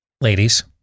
ladies